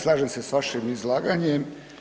Slažem se s vašim izlaganjem.